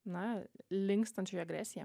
na linkstančio į agresiją